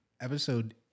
episode